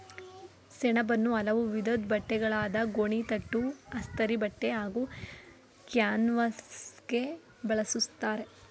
ಸೆಣಬನ್ನು ಹಲವು ವಿಧದ್ ಬಟ್ಟೆಗಳಾದ ಗೋಣಿತಟ್ಟು ಅಸ್ತರಿಬಟ್ಟೆ ಹಾಗೂ ಕ್ಯಾನ್ವಾಸ್ಗೆ ಬಳುಸ್ತರೆ